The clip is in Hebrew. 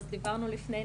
אז דיברנו לפני,